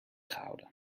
gehouden